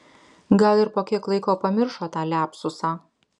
gal ir po kiek laiko pamiršo tą liapsusą